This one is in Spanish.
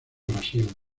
brasil